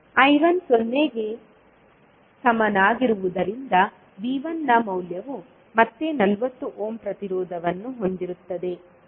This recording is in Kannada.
I1 0 ಕ್ಕೆ ಸಮನಾಗಿರುವುದರಿಂದ V1 ನ ಮೌಲ್ಯವು ಮತ್ತೆ 40 ಓಮ್ ಪ್ರತಿರೋಧವನ್ನು ಹೊಂದಿರುತ್ತದೆ